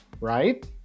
right